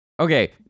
Okay